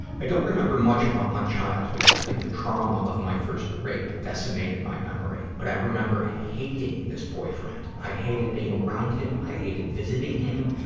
i don't remember much about my childhood. i think the trauma of my first rape decimated my memory. but i remember hating this boyfriend. i hated being around him, i hated visiting him,